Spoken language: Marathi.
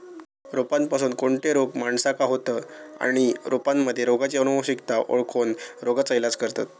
रोपांपासून कोणते रोग माणसाका होतं आणि रोपांमध्ये रोगाची अनुवंशिकता ओळखोन रोगाचा इलाज करतत